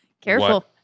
Careful